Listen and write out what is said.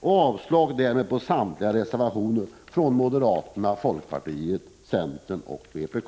och därmed avslag på samtliga reservatio 127 ner från moderata samlingspartiet, folkpartiet, centern och vpk.